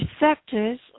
receptors